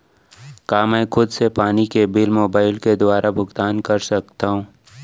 का मैं खुद से पानी के बिल मोबाईल के दुवारा भुगतान कर सकथव?